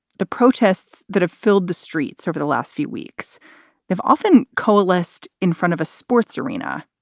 the protests that have filled the streets over the last few weeks have often coalesced in front of a sports arena,